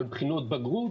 על בחינות בגרות,